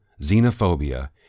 xenophobia